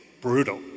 brutal